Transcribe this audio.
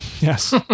Yes